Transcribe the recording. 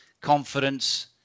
confidence